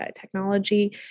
technology